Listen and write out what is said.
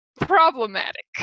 problematic